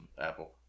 apple